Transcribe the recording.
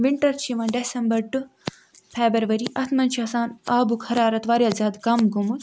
winter چھُ یِوان December to February اَتھ مَنٛز چھُ آسان آبُک حرارت واریاہ زیادٕ کم گوٚمُت